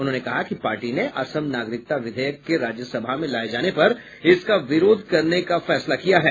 उन्होंने कहा कि पार्टी ने असम नागरिकता विधेयक के राज्यसभा में लाए जाने पर इसका विरोध करने का निर्णय किया है